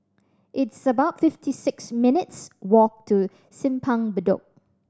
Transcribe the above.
it's about fifty six minutes' walk to Simpang Bedok